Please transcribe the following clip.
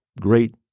great